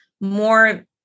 more